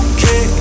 Okay